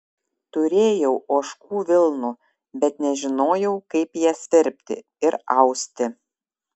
turėjau ožkų vilnų bet nežinojau kaip jas verpti ir austi